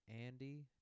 Andy